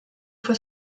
for